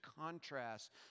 contrast